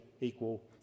equal